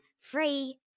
Free